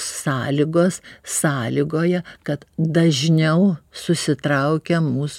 sąlygos sąlygoja kad dažniau susitraukia mūs